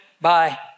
Bye